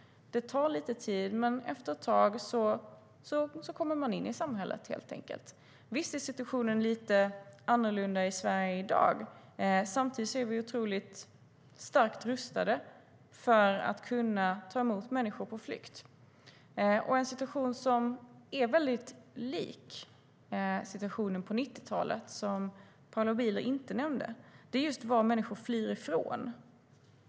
Det tar lite tid, men efter ett tag kommer man in i samhället. Visst är situationen lite annorlunda i Sverige i dag. Samtidigt är vi starkt rustade för att kunna ta emot människor på flykt. Något som är väldigt likt situationen på 90-talet, men som Paula Bieler inte nämnde, är vad människor flyr från.